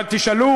תשאלו